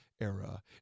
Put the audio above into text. era